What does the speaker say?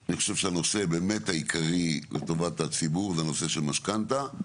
אני חושב שהנושא באמת העיקרי לטובת הציבור זה הנושא של משכנתה,